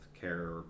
care